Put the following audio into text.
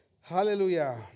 Hallelujah